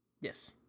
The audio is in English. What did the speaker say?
Yes